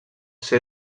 ser